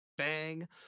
Bang